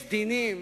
יש דינים